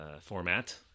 format